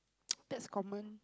that's common